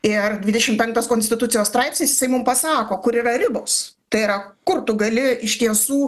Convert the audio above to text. ir dvidešim penktas konstitucijos straipsnis jisai mum pasako kur yra ribos tai yra kur tu gali iš tiesų